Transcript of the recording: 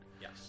Yes